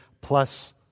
plus